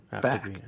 back